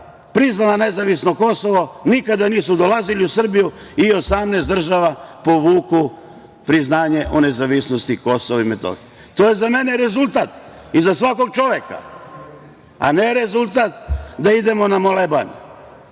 priznala nezavisno Kosovo, nikada nisu dolazili u Srbiju i 18 država povuku priznanje o nezavisnosti Kosova i Metohije. To je za mene rezultat i za svakog čoveka, a ne rezultat da idemo na moleban. Daleko